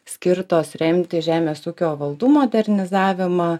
skirtos remti žemės ūkio valdų modernizavimą